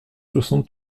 soixante